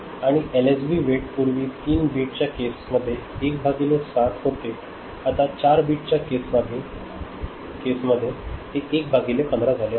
आणि LSB weight पूर्वी तीन बीट च्या केस मध्ये एक भागिले सात होते आता 4 बीट च्या केस मध्ये ते एक भागिले 15 झाले आहे